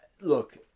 Look